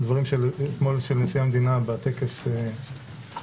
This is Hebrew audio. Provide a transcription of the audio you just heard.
לגבי הדברים שאמר נשיא המדינה בטקס לציון